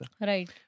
right